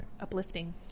Uplifting